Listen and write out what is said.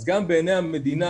אז גם בעיני המדינה,